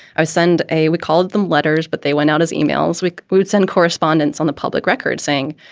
ah send a we called them letters, but they went out as emails. we would send correspondence on the public record saying,